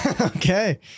Okay